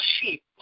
sheep